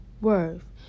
worth